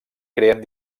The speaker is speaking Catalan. creen